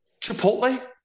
Chipotle